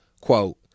Quote